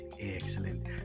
excellent